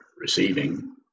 receiving